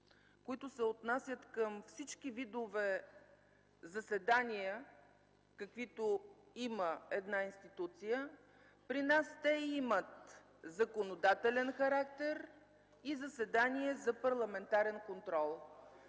които се отнасят към всички видове заседания, каквито има една институция. При нас те имат законодателен характер и заседания за парламентарен контрол.